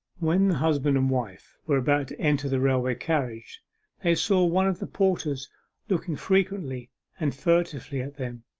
when the husband and wife were about to enter the railway-carriage they saw one of the porters looking frequently and furtively at them.